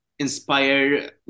inspire